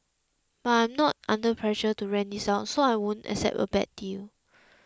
but I'm not under pressure to rent this out so I won't accept a bad deal